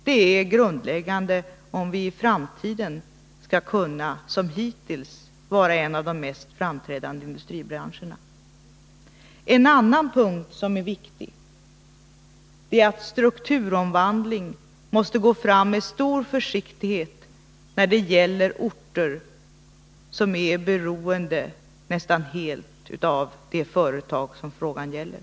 Det är grundläggande, om vii framtiden, som hittills, skall kunna vara en av de mest framträdande industrinationerna. För det andra är det viktigt att vi vid en strukturomvandling måste gå fram med stor försiktighet när det gäller orter som är nästan helt beroende av det företag som frågan gäller.